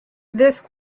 this